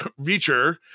Reacher